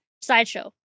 Sideshow